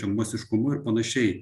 masiškumo ir panašiai